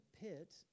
pit